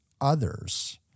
others—